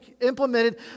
implemented